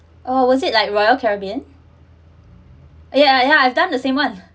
or was it like royal caribbean yeah yeah I've done the same one